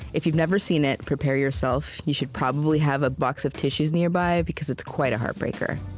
if you've never seen it, prepare yourself, you should probably have a box of tissues nearby because it's quite a heartbreaker.